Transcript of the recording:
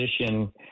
position